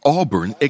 Auburn